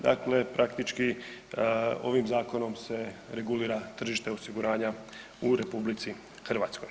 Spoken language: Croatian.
Dakle, praktički ovim zakonom se regulira tržište osiguranja u RH.